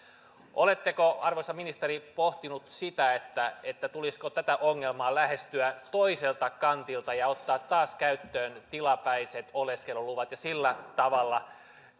oletteko arvoisa ministeri pohtinut sitä tulisiko tätä ongelmaa lähestyä toiselta kantilta ja ottaa taas käyttöön tilapäiset oleskeluluvat ja sillä tavalla